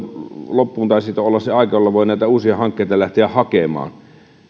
loppuun taisi olla se aika jolloin voi näitä uusia hankkeita lähteä hakemaan